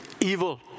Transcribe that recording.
evil